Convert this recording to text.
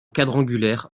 quadrangulaire